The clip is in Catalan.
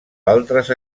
altres